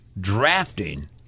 drafting